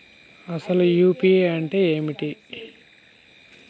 అసలు యూ.పీ.ఐ అంటే ఏమిటి?